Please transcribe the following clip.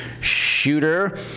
shooter